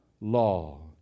law